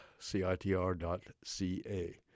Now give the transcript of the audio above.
CITR.ca